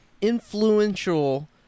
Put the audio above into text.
influential